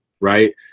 right